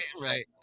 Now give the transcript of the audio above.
right